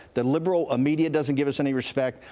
the liberal media doesn't give us any respect.